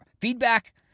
feedback